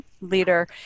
leader